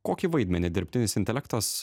kokį vaidmenį dirbtinis intelektas